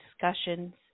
discussions